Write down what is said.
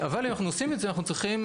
אבל אם אנחנו עושים את זה, אנחנו צריכים